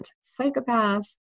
psychopath